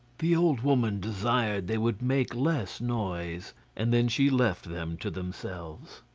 the old woman desired they would make less noise and then she left them to themselves.